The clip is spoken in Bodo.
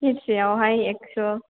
सेरसेआवहाय एकस'